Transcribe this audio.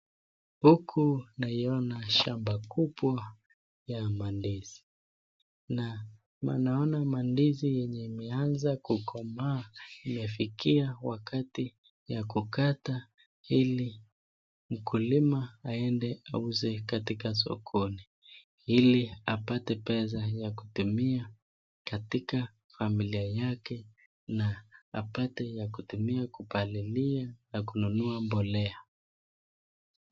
Huku naiyona shamba kubwa ya mandizi, na naona mandizi ambayo imeanza kukomaa imefika wakati ya kukata hili mkulima aende auze katika sokoni hili apate pesa ya kutumia katika familia yake na apate ya kutumia kupalilia na kununua mbolea.